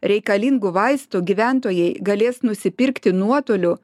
reikalingų vaistų gyventojai galės nusipirkti nuotoliu